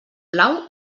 plau